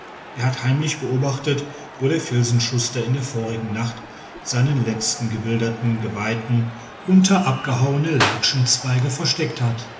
er hat heimlich beobachtet wo der filzenschuster in der vorigen nacht seinen letzten gewilderten geweihten unter abgehauene latschenzweige versteckt hat